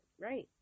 Right